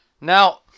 Now